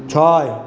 ছয়